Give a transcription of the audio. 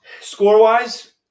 Score-wise